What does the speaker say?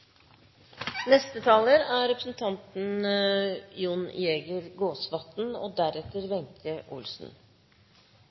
Neste taler er representanten Jon Georg Dale, deretter